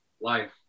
Life